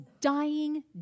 dying